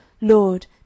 Lord